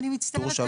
אני מצטערת,